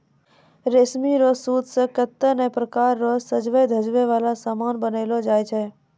रेशमी रो सूत से कतै नै प्रकार रो सजवै धजवै वाला समान बनैलो जाय छै